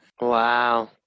wow